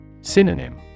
Synonym